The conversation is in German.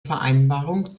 vereinbarung